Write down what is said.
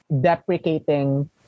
deprecating